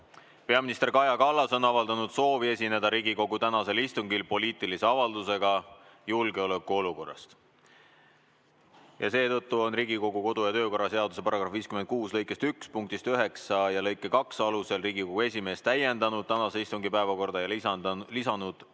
peaminister Kaja Kallas on avaldanud soovi esineda Riigikogu tänasel istungil poliitilise avaldusega julgeolekuolukorrast ja seetõttu on Riigikogu kodu- ja töökorra seaduse § 56 lõike 1 punkti 9 ja lõike 2 alusel Riigikogu esimees täiendanud tänase istungi päevakorda ja lisanud teiseks